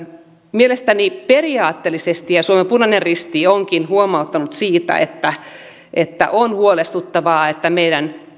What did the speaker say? mielestäni periaatteellisesti suomen punainen risti onkin huomauttanut siitä on huolestuttavaa että meidän